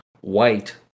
white